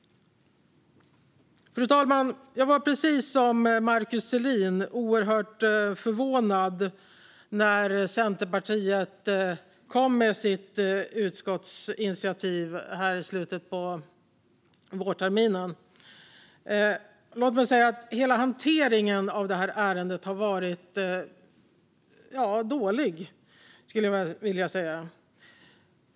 Fru talman! Precis som Markus Selin blev jag oerhört förvånad när Centerpartiet kom med sitt utskottsinitiativ i slutet av våren. Låt mig säga att hela hanteringen av det här ärendet har varit dålig.